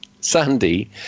Sandy